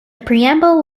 preamble